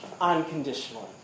Unconditionally